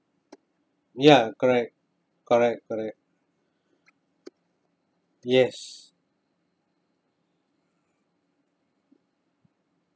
ya correct correct correct yes